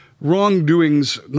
wrongdoings